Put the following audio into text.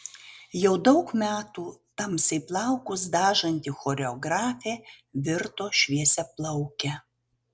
jau daug metų tamsiai plaukus dažanti choreografė virto šviesiaplauke